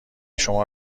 شما